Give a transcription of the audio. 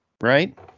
right